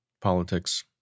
politics